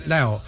Now